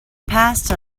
passed